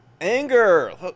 Anger